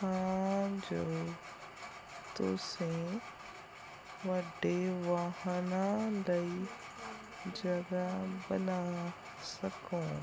ਤਾਂ ਜੋ ਤੁਸੀਂ ਵੱਡੇ ਵਾਹਨਾਂ ਲਈ ਜਗ੍ਹਾ ਬਣਾ ਸਕੋ